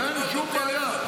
אין שום בעיה.